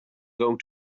going